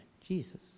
Jesus